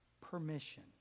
permission